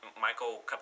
Michael